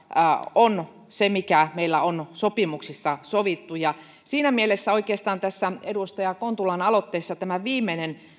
on se mikä meillä on sopimuksissa sovittu siinä mielessä oikeastaan tässä edustaja kontulan aloitteessa on tämä viimeinen